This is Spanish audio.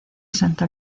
santa